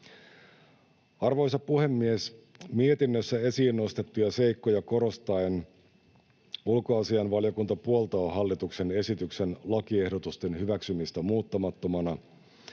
Arvoisa puhemies! Mietinnössä esiin nostettuja seikkoja korostaen ulkoasiainvaliokunta puoltaa hallituksen esityksen lakiehdotusten hyväksymistä muuttamattomina